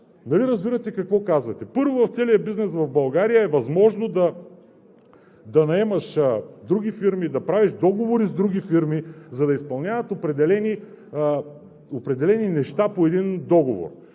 дали разбирате какво казвате? Първо, в целия бизнес в България е възможно да наемаш други фирми, да правиш договори с други фирми, за да изпълняват определени неща по един договор.